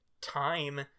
time